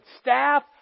staff